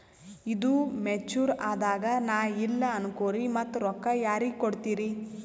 ಈದು ಮೆಚುರ್ ಅದಾಗ ನಾ ಇಲ್ಲ ಅನಕೊರಿ ಮತ್ತ ರೊಕ್ಕ ಯಾರಿಗ ಕೊಡತಿರಿ?